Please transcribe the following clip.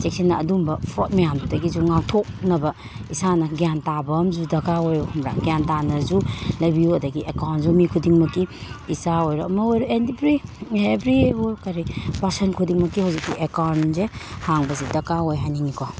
ꯆꯦꯛꯁꯤꯟꯅ ꯑꯗꯨꯒꯨꯝꯕ ꯐ꯭ꯔꯣꯠ ꯃꯌꯥꯝꯗꯨꯗꯒꯤꯁꯨ ꯉꯥꯛꯊꯣꯛꯅꯕ ꯏꯁꯥꯅ ꯒ꯭ꯌꯥꯟ ꯇꯥꯕ ꯑꯃꯁꯨ ꯗꯔꯀꯥꯔ ꯑꯣꯏꯌꯦꯕ ꯈꯪꯕ꯭ꯔꯥ ꯒ꯭ꯌꯥꯟ ꯇꯥꯅꯁꯨ ꯂꯩꯕꯤꯌꯨ ꯑꯗꯒꯤ ꯑꯦꯀꯥꯎꯟꯁꯨ ꯃꯤ ꯈꯨꯗꯤꯡꯃꯛꯀꯤ ꯏꯆꯥ ꯑꯣꯏꯔꯣ ꯑꯃ ꯑꯣꯏꯔꯣ ꯑꯦꯕ꯭ꯔꯤ ꯑꯦꯕ꯭ꯔꯤꯑꯕꯨ ꯀꯔꯤ ꯄꯥꯔꯁꯟ ꯈꯨꯗꯤꯡꯃꯛꯀꯤ ꯍꯧꯖꯤꯛꯇꯤ ꯑꯦꯀꯥꯎꯟꯁꯦ ꯍꯥꯡꯕꯁꯦ ꯗꯔꯀꯥꯔ ꯑꯣꯏ ꯍꯥꯏꯅꯤꯡꯉꯤꯀꯣ